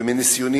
ומניסיוני,